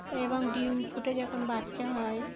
এবং ডিম ফুটে যখন বাচ্চা হয়